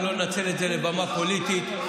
ולא תנצלי את זה לבמה פוליטית,